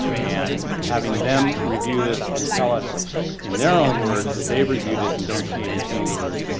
and having them review this and tell us in their own words that they've reviewed it and don't see any change orders,